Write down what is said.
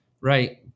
right